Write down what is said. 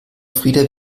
frida